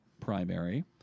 primary